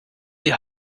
die